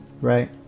right